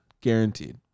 Guaranteed